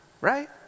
right